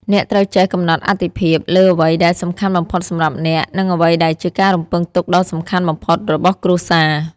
អ្នកត្រូវចេះ កំណត់អាទិភាព លើអ្វីដែលសំខាន់បំផុតសម្រាប់អ្នក និងអ្វីដែលជាការរំពឹងទុកដ៏សំខាន់បំផុតរបស់គ្រួសារ។